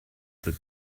the